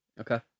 Okay